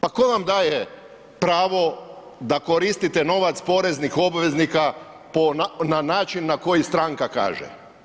Pa tko vam daje pravo da koristite novac poreznih obveznika po, na način na koji stranka kaže?